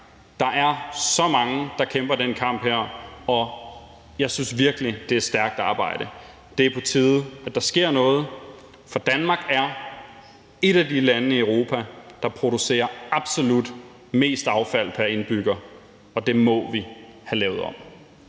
Der er så mange, der kæmper den kamp her, og jeg synes virkelig, det er stærkt arbejde. Det er på tide, at der sker noget, for Danmark er et af de lande i Europa, der producerer absolut mest affald pr. indbygger, og det må vi have lavet om.